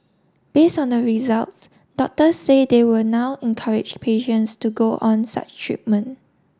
based on the results doctors say they will now encourage patients to go on such treatment